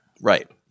Right